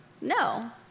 No